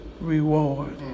reward